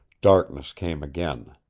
darkness came again.